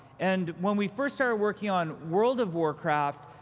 and when we first started working on world of warcraft,